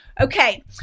Okay